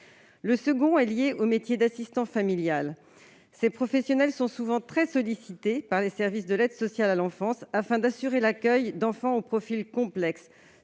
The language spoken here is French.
Le second est lié au métier d'assistant familial. Ces professionnels sont souvent très sollicités par les services de l'aide sociale à l'enfance afin d'assurer l'accueil d'enfants au profil complexe,